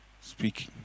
speaking